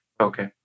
Okay